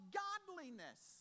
godliness